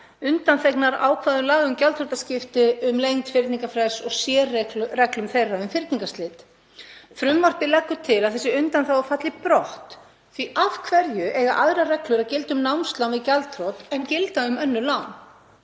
undanþegnar ákvæðum laga um gjaldþrotaskipti, um lengd fyrningarfrests og sérreglum þeirra um fyrningarslit. Frumvarpið leggur til að þessi undanþága falli brott, því af hverju eiga aðrar reglur að gilda um námslán við gjaldþrot en gilda um önnur lán?